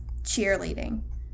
cheerleading